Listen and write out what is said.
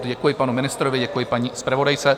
Děkuji panu ministrovi, děkuji paní zpravodajce